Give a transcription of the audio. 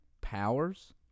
powers